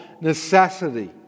necessity